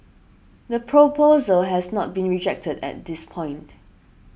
the proposal has not been rejected at this point